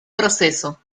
proceso